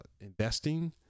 investing